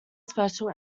special